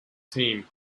team